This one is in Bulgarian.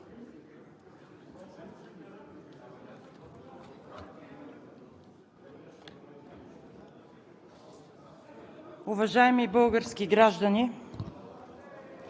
Уважаеми български граждани,